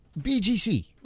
BGC